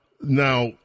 Now